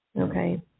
Okay